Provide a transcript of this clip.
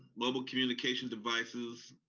mobile communication devices.